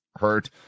hurt